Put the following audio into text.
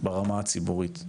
ברמה הציבורית.